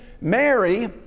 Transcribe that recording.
Mary